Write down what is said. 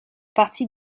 partie